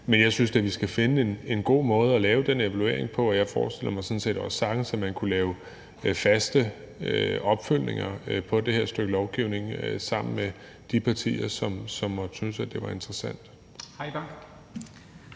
men jeg synes da, at vi skal finde en god måde at lave den evaluering på. Jeg forestiller mig sådan set også sagtens, at man kunne lave faste opfølgninger på det her stykke lovgivning sammen med de partier, som måtte synes, at det var interessant. Kl.